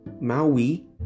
Maui